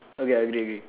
okay I agree agree